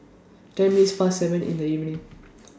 ten minutes Past seven in The evening